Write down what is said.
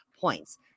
points